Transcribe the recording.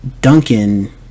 Duncan